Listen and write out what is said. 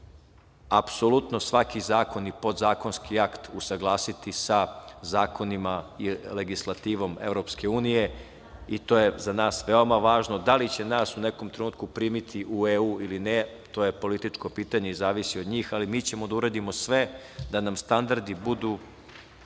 apsolutno svaki zakon i podzakonski akt usaglasiti sa zakonima i legislativom EU. To je za nas veoma važno. Da li će nas u nekom trenutku primiti u EU ili ne, to je političko pitanje i zavisi od njih, ali mi ćemo da uradimo sve da nam standardi budu